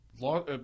law